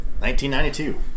1992